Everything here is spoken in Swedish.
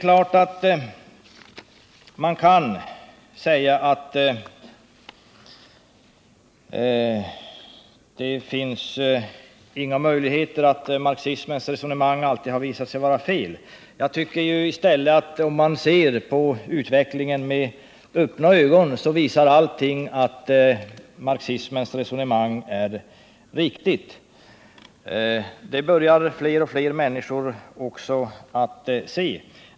Björn Molin säger att marxismens resonemang alltid har visat sig vara fel, men jag tycker i stället att om man ser på utvecklingen med öppna ögon så visar allting att marxismens resonemang är riktigt. Det börjar fler och fler människor också att se.